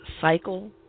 cycle